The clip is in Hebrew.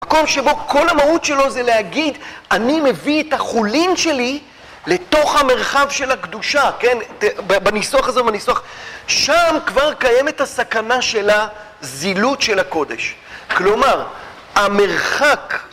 מקום שבו כל המהות שלו זה להגיד, אני מביא את החולים שלי לתוך המרחב של הקדושה, כן? בניסוח הזה ובניסוח... שם כבר קיימת הסכנה של הזילות של הקודש. כלומר, המרחק...